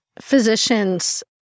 physicians